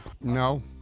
No